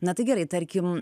na tai gerai tarkim